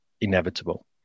inevitable